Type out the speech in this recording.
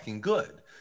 good